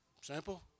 Simple